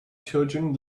children